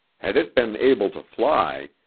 had it been able to fly,